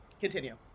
Continue